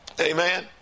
amen